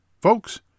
Folks